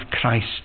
Christ